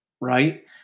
right